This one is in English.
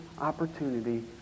opportunity